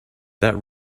that